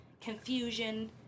confusion